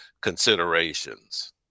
considerations